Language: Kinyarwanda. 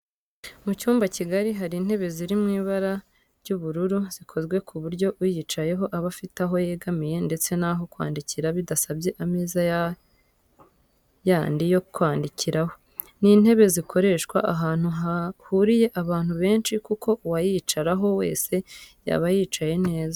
Mu cyumba kigari hari intebe ziri mu ibara ry'ubururu zikozwe ku buryo uyicayeho aba afite aho yegamira ndetse n'aho kwandikira bidasabye ameza yandi yo kwandikiraho. Ni intebe zakoreshwa ahantu hahuriye abantu benshi kuko uwayicaraho wese yaba yicaye neza